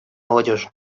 молодежи